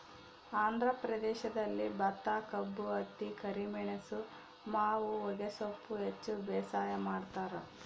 ಆಂಧ್ರ ಪ್ರದೇಶದಲ್ಲಿ ಭತ್ತಕಬ್ಬು ಹತ್ತಿ ಕರಿಮೆಣಸು ಮಾವು ಹೊಗೆಸೊಪ್ಪು ಹೆಚ್ಚು ಬೇಸಾಯ ಮಾಡ್ತಾರ